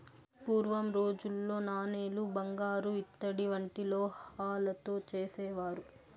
పూర్వం రోజుల్లో నాణేలు బంగారు ఇత్తడి వంటి లోహాలతో చేసేవారు